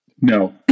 No